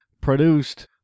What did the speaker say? produced